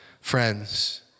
friends